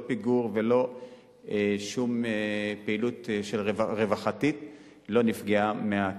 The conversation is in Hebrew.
לא פיגור ולא שום פעילות רווחתית לא נפגעה מהקיצוץ.